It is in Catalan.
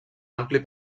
ampli